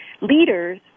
leaders